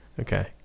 okay